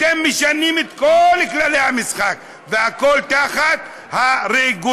אתם משנים את כל כללי המשחק, והכול תחת הרגולציה.